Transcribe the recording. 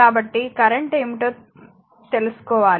కాబట్టి కరెంట్ ఏమిటో తెలుసుకోవాలి